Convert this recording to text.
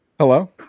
hello